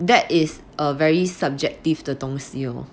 that is a very subjective 的东西哦